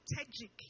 strategic